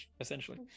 essentially